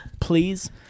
please